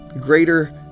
greater